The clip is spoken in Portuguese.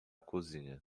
cozinha